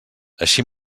així